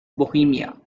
bohemia